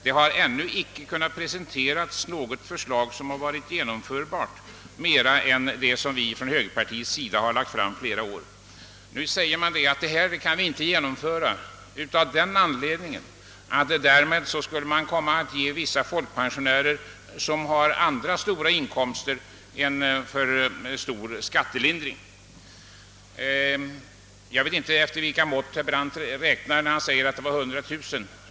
Det har ännu icke presenterats något förslag som varit genomförbart utöver det som högerpartiet har lagt fram i flera år. Nu säger man att det inte kan genomföras, eftersom man därmed skulle ge vissa folkpensionärer, som har stora inkomster vid sidan om, en alltför stor skattelindring. Jag vet inte enligt vilka mått herr Brandt räknar när han säger att det skulle gälla 100 000.